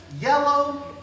yellow